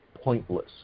pointless